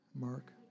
mark